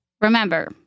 remember